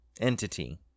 entity